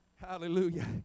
Hallelujah